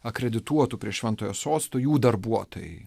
akredituotų prie šventojo sosto jų darbuotojai